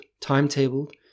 timetabled